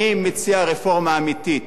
אני מציע רפורמה אמיתית.